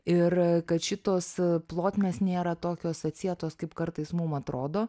ir kad šitos plotmės nėra tokios atsietos kaip kartais mum atrodo